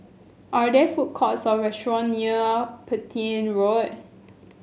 are there food courts or restaurant near Petain Road